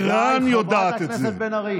רם יודע את זה הכי הרבה, די, חברת הכנסת בן ארי.